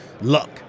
luck